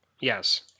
Yes